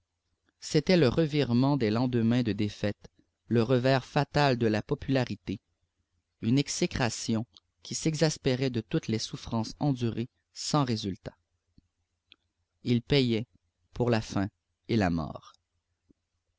c'était le revirement des lendemains de défaite le revers fatal de la popularité une exécration qui s'exaspérait de toutes les souffrances endurées sans résultat il payait pour la faim et la mort